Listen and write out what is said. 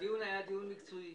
הדיון היה דיון מקצועי.